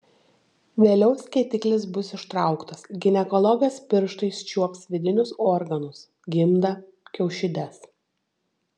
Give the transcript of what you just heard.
vėliau skėtiklis bus ištrauktas ginekologas pirštais čiuops vidinius organus gimdą kiaušides